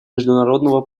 международного